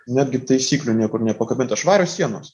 netgi taisyklių niekur nepakabinta švarios sienos